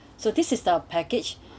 so this is the package